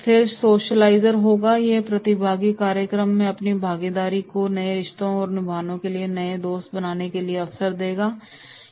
फिर सोशलिज़र होगा ये प्रतिभागी कार्यक्रम में अपनी भागीदारी को नए रिश्तों को निभाने और नए दोस्त बनाने के अवसर के रूप में मानते हैं